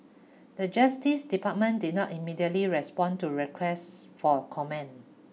The Justice Department did not immediately respond to request for comment